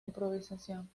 improvisación